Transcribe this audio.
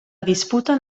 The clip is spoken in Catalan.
disputen